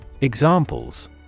Examples